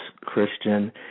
Christian